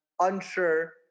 unsure